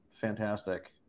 fantastic